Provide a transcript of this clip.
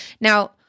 Now